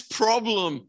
problem